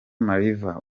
mariva